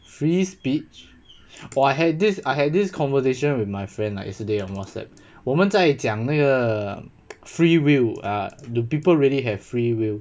free speech oh I had this I had this conversation with my friend lah yesterday on Whatsapp 我们在讲那个 free will err do people really have free will